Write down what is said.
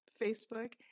Facebook